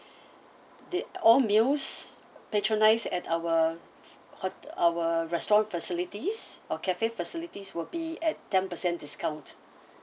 the all meals patronise at our hot~ our restaurant facilities or cafe facilities will be at ten percent discount